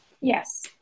Yes